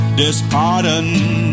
disheartened